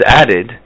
added